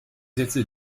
setze